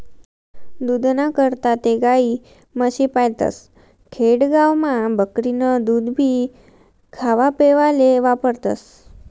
दूधना करता ते गायी, म्हशी पायतस, खेडा गावमा बकरीनं दूधभी खावापेवाले वापरतस